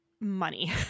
money